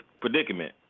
predicament